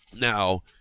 Now